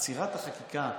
עצירת החקיקה